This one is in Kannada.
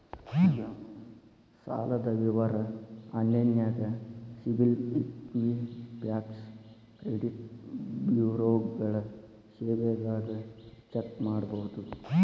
ಸಾಲದ್ ವಿವರ ಆನ್ಲೈನ್ಯಾಗ ಸಿಬಿಲ್ ಇಕ್ವಿಫ್ಯಾಕ್ಸ್ ಕ್ರೆಡಿಟ್ ಬ್ಯುರೋಗಳ ಸೇವೆದಾಗ ಚೆಕ್ ಮಾಡಬೋದು